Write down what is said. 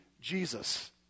Jesus